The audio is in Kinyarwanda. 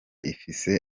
ifise